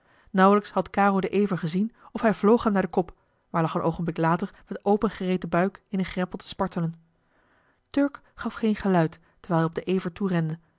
nauwelijks had caro den ever gezien of hij vloog hem naar den kop maar lag een oogenblik later met opengereten buik in een greppel te spartelen turk gaf geen geluid terwijl hij op den ever toe